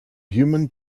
human